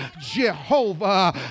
Jehovah